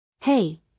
Hey